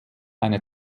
eine